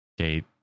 okay